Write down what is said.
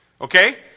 Okay